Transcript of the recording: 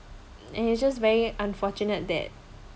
and it's just very unfortunate that